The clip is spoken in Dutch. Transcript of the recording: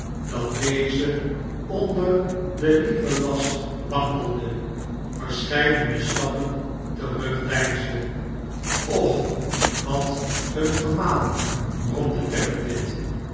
dat deze onder den lieven last wankelende verscheidene stappen terugdeinsde och wat een gemaal bromde tappertit